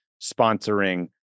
sponsoring